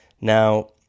Now